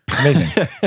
Amazing